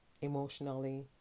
emotionally